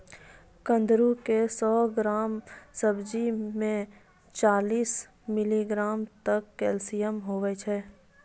कुंदरू के सौ ग्राम सब्जी मे चालीस मिलीग्राम तक कैल्शियम हुवै छै